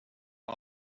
har